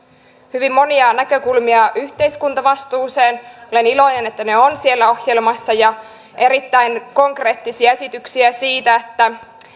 hyvin monia näkökulmia yhteiskuntavastuuseen olen iloinen että ne ovat siellä ohjelmassa ja erittäin konkreettisia esityksiä siitä että